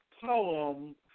poem